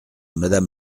madame